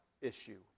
issue